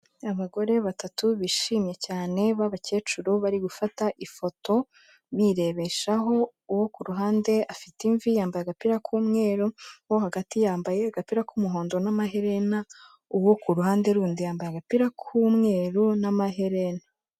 Abagore batatu bishimye cyane b'abakecuru bari gufata ifoto birebeshaho, uwo ku ruhande afite imvi yambaye agapira k'umweru, uwo hagati yambaye agapira k'umuhondo n'amaherena, uwo ku ruhande rundi yambaye agapira k'umweru n'amaherena.